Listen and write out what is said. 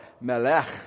Melech